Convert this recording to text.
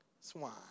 swine